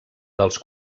dels